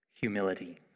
humility